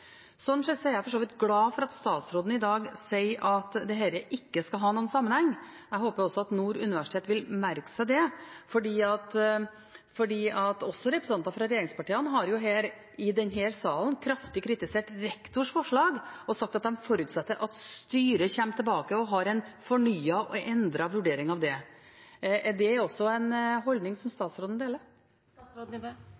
Sånn sett er jeg for så vidt glad for at statsråden i dag sier at dette ikke skal ha noen sammenheng. Jeg håper at Nord universitet vil merke seg det, for også representanter fra regjeringspartiene har her i denne salen kraftig kritisert rektors forslag og sagt at de forutsetter at styret kommer tilbake med en fornyet og endret vurdering av det. Er det en holdning som